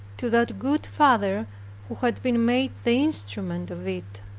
to that good father who had been made the instrument of it.